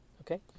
okay